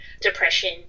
depression